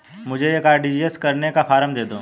मुझे एक आर.टी.जी.एस करने का फारम दे दो?